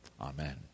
Amen